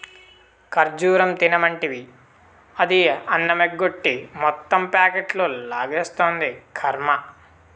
ఖజ్జూరం తినమంటివి, అది అన్నమెగ్గొట్టి మొత్తం ప్యాకెట్లు లాగిస్తాంది, కర్మ